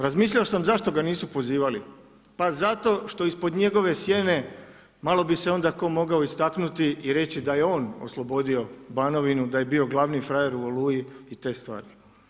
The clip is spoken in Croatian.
Razmišljao sam zašto ga nisu pozivali, pa zato što ispod njegove sjene malo bi se onda ko mogao istaknuti i reći da je on oslobodio Banovinu, da je bio glavni frajer u Oluji i te stvari.